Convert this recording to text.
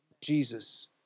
Jesus